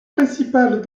principale